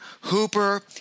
Hooper